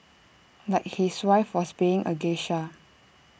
like his wife was being A geisha